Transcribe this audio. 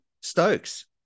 Stokes